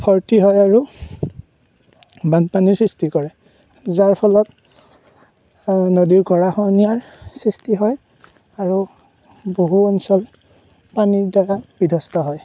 ভৰ্তি হয় আৰু বানপানীৰ সৃষ্টি কৰে যাৰ ফলত নদীৰ গৰাখহনীয়াৰ সৃষ্টি হয় আৰু বহু অঞ্চল পানীৰ দ্বাৰা বিধস্ত হয়